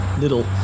little